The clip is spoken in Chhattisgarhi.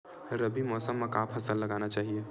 रबी मौसम म का फसल लगाना चहिए?